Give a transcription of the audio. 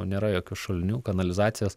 nėra jokių šulinių kanalizacijos